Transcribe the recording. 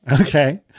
Okay